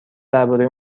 درباره